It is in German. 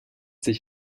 sich